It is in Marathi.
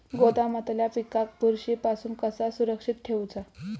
गोदामातल्या पिकाक बुरशी पासून कसा सुरक्षित ठेऊचा?